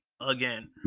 Again